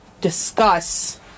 discuss